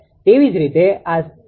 તેવી જ રીતે આ 0